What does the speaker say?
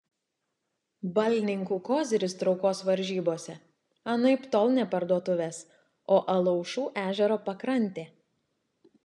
balninkų koziris traukos varžybose anaiptol ne parduotuvės o alaušų ežero pakrantė